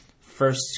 First